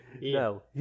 no